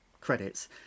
credits